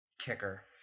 kicker